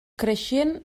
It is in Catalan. creixien